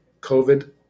COVID